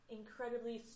incredibly